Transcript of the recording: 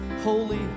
holy